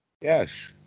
Yes